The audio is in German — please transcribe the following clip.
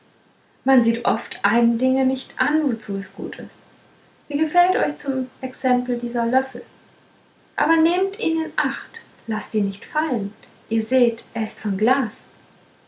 man sieht oft einem dinge nicht an wozu es gut ist wie gefällt euch zum exempel dieser löffel aber nehmt ihn in acht laßt ihn nicht fallen ihr seht er ist von glas